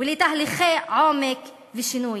ולתהליכי עומק ושינוי.